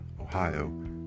Ohio